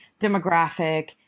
demographic